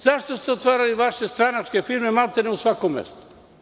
Zašto ste otvarali vaše stranačke firme maltene u svakom mestu?